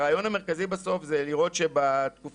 הרעיון המרכזי בסוף הוא לראות שבתקופה